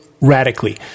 radically